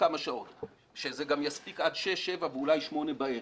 כמה שעות שזה יספיק עד 7:00-6:00 ואולי עד 8:00 בערב.